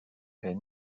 est